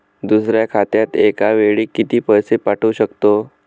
दुसऱ्या खात्यात एका वेळी किती पैसे पाठवू शकतो?